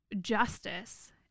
justice